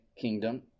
kingdom